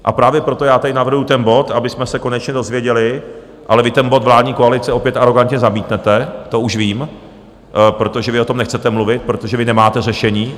A právě proto já tady navrhuji ten bod, abychom se konečně dozvěděli, ale vy ten bod, vládní koalice, opět arogantně zamítnete, to už vím, protože vy o tom nechcete mluvit, protože vy nemáte řešení.